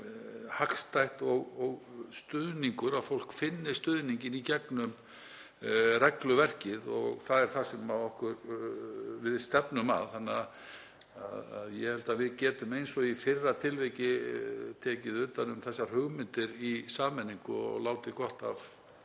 sé hagstætt og að fólk finni stuðninginn í gegnum regluverkið. Það er það sem við stefnum að. Ég held að við getum, eins og í fyrra tilviki, tekið utan um þessar hugmyndir í sameiningu og látið gott af